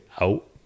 out